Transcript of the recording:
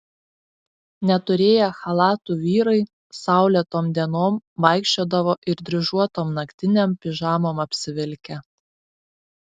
neturėję chalatų vyrai saulėtom dienom vaikščiodavo ir dryžuotom naktinėm pižamom apsivilkę